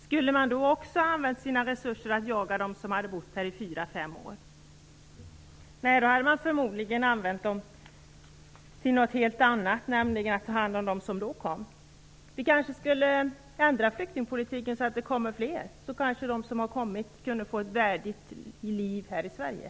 Skulle man också då ha använt sina resurser till att jaga efter dem som har bott här i fyra, fem år? Nej, då hade man förmodligen använt resurserna till något helt annat, nämligen till att ta hand om dem som just kommit in. Vi borde kanske ändra flyktingpolitiken så att det kommer in fler. Då skulle måhända de som redan kommit kunna få ett värdigt liv här i Sverige.